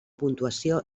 puntuació